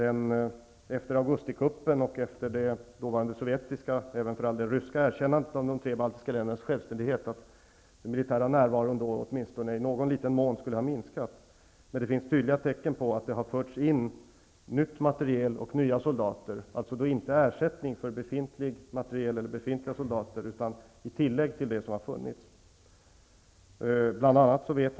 Efter augustikuppen och efter det sovjetiska och för all del även ryska erkännandet av de tre baltiska ländernas självständighet lever vi kanske i tron att den militära närvaron åtminstone i någon liten mån skulle ha minskat. Men det finns tydliga tecken på att det har förts in ny materiel och nya soldater, inte som ersättning för materiel och soldater som förflyttats därifrån utan som förstärkning av befintliga styrkor.